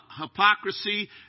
hypocrisy